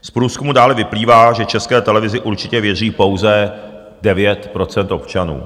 Z průzkumu dále vyplývá, že České televizi určitě věří pouze 9 % občanů.